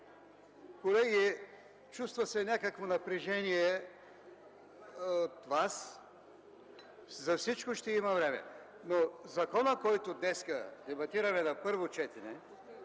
Колеги, чувства се някакво напрежение у Вас – за всичко ще има време. Законът, който днес дебатираме на първо четене,